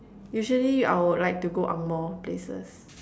usually I would like to go angmoh places